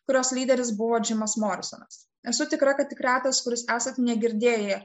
kurios lyderis buvo džimas morisonas esu tikra kad tik retas kuris esate negirdėję